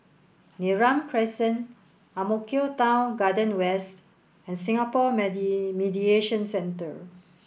Neram Crescent Ang Mo Kio Town Garden West and Singapore Mediation Centre